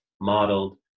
modeled